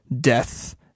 death